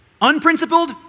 Unprincipled